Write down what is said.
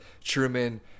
Truman